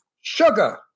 Sugar